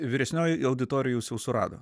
vyresnioji auditorija jus jus surado